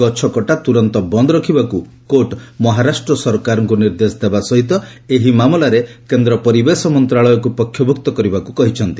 ଗଛକଟା ତ୍ରରନ୍ତ ବନ୍ଦ୍ ରଖିବାକ୍ କୋର୍ଟ ମହାରାଷ୍ଟ୍ର ସରକାରଙ୍କ ନିର୍ଦ୍ଦେଶ ଦେବା ସହିତ ଏହି ମାମଲାରେ କେନ୍ଦ୍ର ପରିବେଶ ମନ୍ତ୍ରଣାଳୟକୁ ପକ୍ଷଭୂକ୍ତ କରିବାକୁ କହିଛନ୍ତି